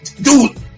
Dude